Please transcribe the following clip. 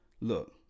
Look